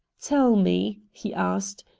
tell me, he asked,